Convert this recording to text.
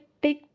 big